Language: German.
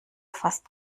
fast